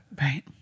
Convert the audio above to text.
right